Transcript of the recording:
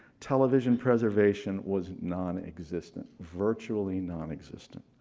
television preservation was nonexistent, virtually nonexistent.